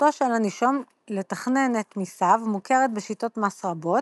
זכותו של הנישום לתכנן את מיסיו מוכרת בשיטות מס רבות,